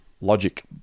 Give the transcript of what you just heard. logic